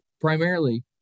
primarily